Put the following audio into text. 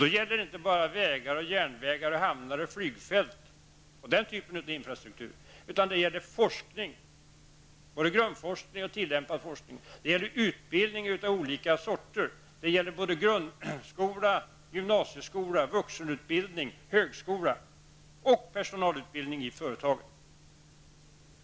Det gäller då inte bara sådana typer av infrastruktur som vägar, järnvägar, hamnar och flygfält, det gäller också forskning -- både grundforskning och tillämpad forskning -- och utbildning av olika slag -- grundskola, gymnasieskola, vuxenutbildning, högskola och personalutbildning i företagen.